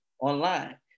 online